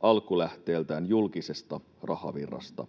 alkulähteiltään julkinen rahavirta.